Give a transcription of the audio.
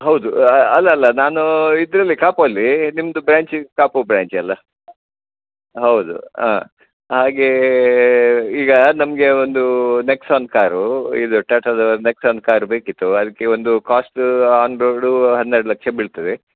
ಹೌದು ಅಲ್ಲಲ್ಲ ನಾನು ಇದರಲ್ಲಿ ಕಾಪುಲ್ಲಿ ನಿಮ್ದು ಬ್ರಾಂಚ್ ಕಾಪು ಬ್ರಾಂಚ್ ಅಲ್ಲ ಹೌದು ಹಂ ಹಾಗೇ ಈಗ ನಮಗೆ ಒಂದು ನೆಕ್ಸಾನ್ ಕಾರು ಇದು ಟಾಟಾದ್ದು ನೆಕ್ಸಾನ್ ಕಾರ್ ಬೇಕಿತ್ತು ಅದಕ್ಕೆ ಒಂದು ಕಾಸ್ಟು ಆನ್ ರೋಡು ಹನ್ನೆರಡು ಲಕ್ಷ ಬೀಳ್ತದೆ